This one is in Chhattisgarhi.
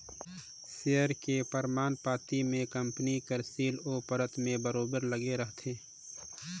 सेयर के परमान पाती में कंपनी कर सील ओ पतर में बरोबेर लगे रहथे